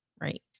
Right